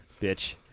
Bitch